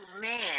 man